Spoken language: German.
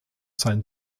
sein